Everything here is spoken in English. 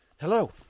Hello